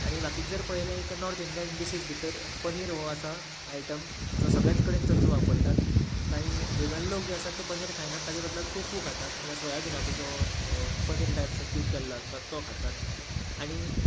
आनी बाकिचे जर पळयलें नाॅर्थ इंडियन डिशीश भितर पनीर हो आसा आयटम जो सगळेंच कडेन चडसो वापरतात कांयी वेगन लोग जे आसात ते पनीर खायनात ताचे बदलो टोफू खातात म्हळ्यार सोयाबीनाचो जो पनीर टायप सो क्यूब केल्लो आसता तो खातात आनी